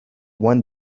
one